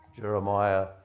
Jeremiah